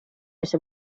ese